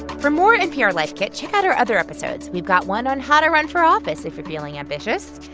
for more npr life kit, check out our other episodes. we've got one on how to run for office if you're feeling ambitious.